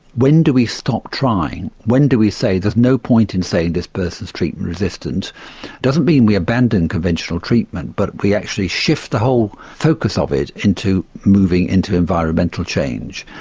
when do we stop trying, when do we say there's no point in saying this person's treatment resistant. it doesn't mean we abandon conventional treatment but we actually shift the whole focus of it into moving into environmental change.